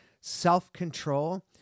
self-control